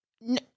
No